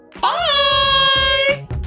Bye